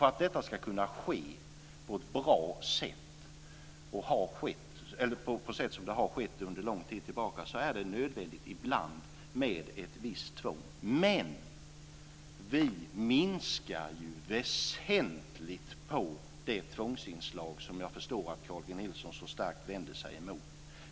För att detta ska kunna ske på ett bra sätt - och ett sätt som det har skett på under lång tid tillbaka - är det nödvändigt ibland med ett visst tvång. Men vi minskar ju väsentligt det tvångsinslag som jag förstår att Carl G Nilsson så starkt vänder sig emot.